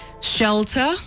shelter